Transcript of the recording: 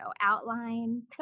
outline